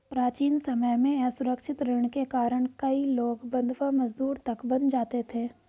प्राचीन समय में असुरक्षित ऋण के कारण कई लोग बंधवा मजदूर तक बन जाते थे